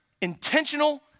intentional